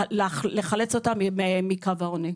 לחלץ אותם מקו העוני.